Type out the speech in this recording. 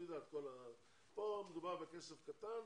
פה מדובר בכסף קטן,